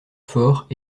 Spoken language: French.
fort